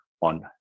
on